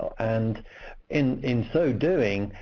and in in so doing,